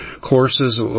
courses